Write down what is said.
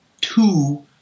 two